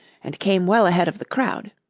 and came well ahead of the crowd.